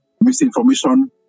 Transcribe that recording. misinformation